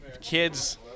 kids